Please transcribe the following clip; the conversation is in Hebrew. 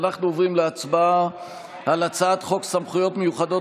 אנחנו עוברים להצבעה על הצעת חוק סמכויות מיוחדות